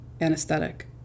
anesthetic